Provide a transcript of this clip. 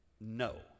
no